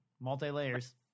multi-layers